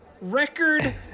record